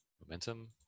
momentum